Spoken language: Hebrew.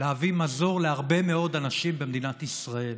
להביא מזור להרבה מאוד אנשים במדינת ישראל.